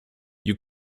you